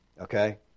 Okay